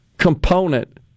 component